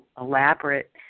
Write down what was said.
elaborate